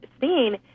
seen